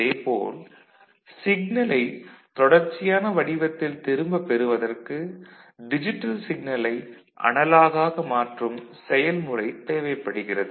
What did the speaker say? அதே போல் சிக்னலை தொடர்ச்சியான வடிவத்தில் திரும்ப பெறுவதற்கு டிஜிட்டல் சிக்னலை அனலாக் ஆக மாற்றும் செயல்முறை தேவைப்படுகிறது